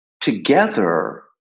together